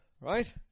Right